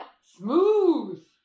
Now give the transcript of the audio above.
Smooth